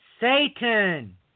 Satan